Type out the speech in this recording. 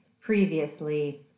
previously